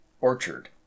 orchard